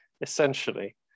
essentially